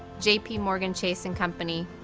jpmorgan chase and company,